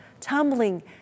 tumbling